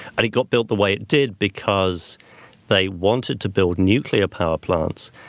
and it got built the way it did because they wanted to build nuclear power plants.